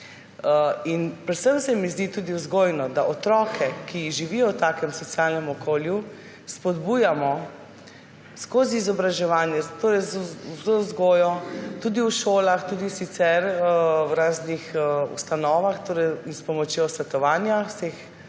Predvsem se mi zdi tudi vzgojno, da otroke, ki živijo v takem socialnem okolju, spodbujamo skozi izobraževanje, to je z vzgojo, tudi v šolah, tudi sicer v raznih ustanovah s pomočjo svetovanja, vseh